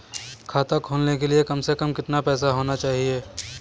खाता खोलने के लिए कम से कम कितना पैसा होना चाहिए?